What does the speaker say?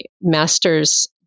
master's